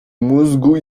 mózgu